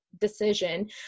decision